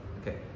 Okay